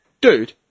Dude